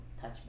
Touch